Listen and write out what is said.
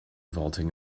vaulting